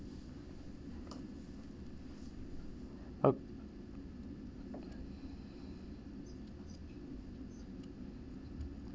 uh